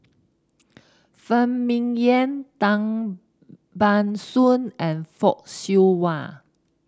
Phan Ming Yen Tan Ban Soon and Fock Siew Wah